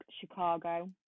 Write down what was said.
Chicago